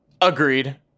Agreed